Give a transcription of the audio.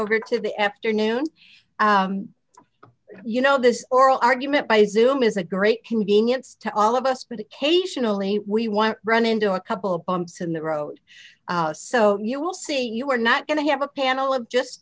over to the efter now and you know this oral argument by zoom is a great convenience to all of us but occasionally we want run into a couple of bumps in the road so you will see you are not going to have a panel of just